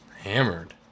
hammered